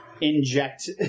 inject